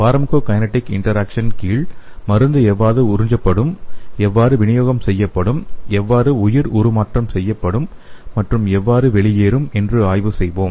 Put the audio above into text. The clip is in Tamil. பார்மகோகைனெடிக் இன்டராக்சன் கீழ் மருந்து எவ்வாறு உறிஞ்சப்படும்எவ்வாறு விநியோகம் செய்யப்படும் எவ்வாறு உயிர் உருமாற்றம் செய்யப்படும் மற்றும் எவ்வாறு வெளியேறும் என்று ஆய்வு செய்வோம்